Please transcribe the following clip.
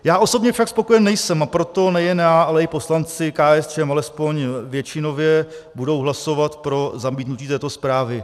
Já osobně však spokojen nejsem, a proto nejen já, ale i poslanci KSČM, alespoň většinově, budou hlasovat pro zamítnutí této zprávy.